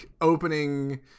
opening